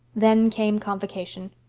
then came convocation.